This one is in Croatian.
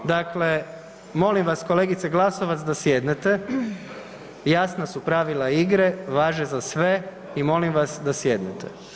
Dakle, molim vas kolegice Glasovac da sjednete, jasna su pravila igre, važe za sve i molim vas da sjednete.